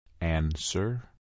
Answer